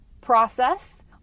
process